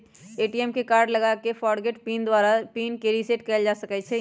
ATM में card लगा कऽ फ़ॉरगोट पिन द्वारा पिन के रिसेट कएल जा सकै छै